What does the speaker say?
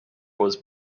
was